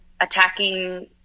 attacking